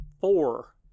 four